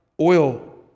oil